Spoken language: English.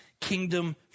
kingdom